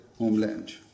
homeland